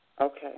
Okay